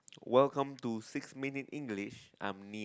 welcome to six minute English I'm Neil